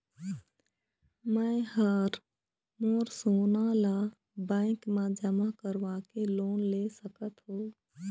मैं हर मोर सोना ला बैंक म जमा करवाके लोन ले सकत हो?